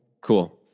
Cool